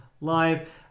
Live